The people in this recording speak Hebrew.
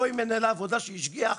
לא עם מנהל עבודה שהשגיח,